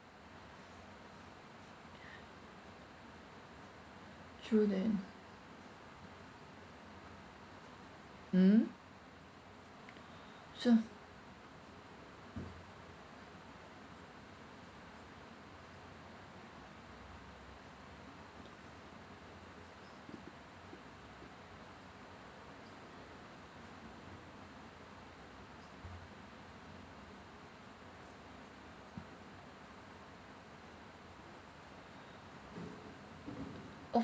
true then mm sure of